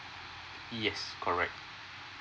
yes correct